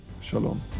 Shalom